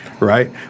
Right